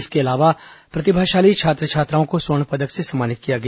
इसके अलावा प्रतिभाषाली छात्र छात्राओं को स्वर्ण पदक से सम्मानित किया गया